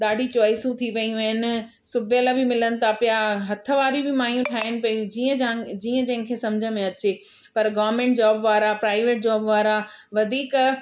ॾाढी चॉइसूं थी पयूं आहिनि सिबियल बि मिलनि था पिया हथ वारी बि मायूं ठाहीनि पयूं जीअं जान जीअं जंहिंखे सम्झि में अचे पर गवर्मेंट जॉब वारा प्राइवेट जॉब वारा वधीक